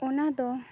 ᱚᱱᱟ ᱫᱚ